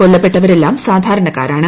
കൊല്ലപ്പെട്ടവരെല്ലാം സാധാരണക്കാരാണ്